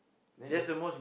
then the